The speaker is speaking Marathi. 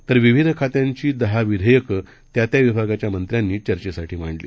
तर विविधखात्यांचीदहाविधेयकंत्यात्याविभागाच्यामंत्र्यांनीचर्चेसाठीमांडली